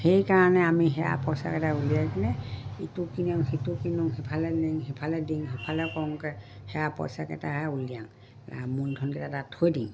সেইকাৰণে আমি সেয়া পইচাকেইটা উলিয়াই কিনে ইটো কিনো সিটো কিনো সিফালে দিওঁ সিফালে দিওঁ সেইফালে কৰোঁতে সেয়া পইচাকেইটা উলিয়াওঁ মূলধনকেইটা তাত থৈ দিওঁ